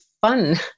fun